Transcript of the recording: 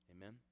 Amen